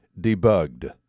debugged